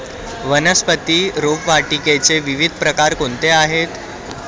वनस्पती रोपवाटिकेचे विविध प्रकार कोणते आहेत?